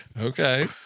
Okay